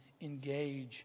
engage